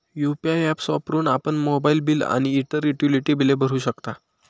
UPI apps वापरून आपण mobile bill आणि इतर युटिलिटी बिले भरू शकतो